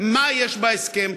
מה יש בהסכם,